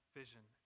vision